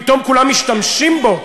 פתאום כולם משתמשים בו,